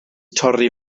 torri